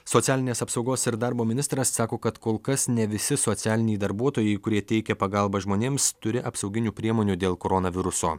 socialinės apsaugos ir darbo ministras sako kad kol kas ne visi socialiniai darbuotojai kurie teikia pagalbą žmonėms turi apsauginių priemonių dėl koronaviruso